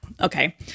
Okay